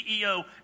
CEO